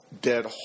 dead